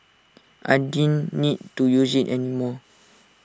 I didn't need to use IT anymore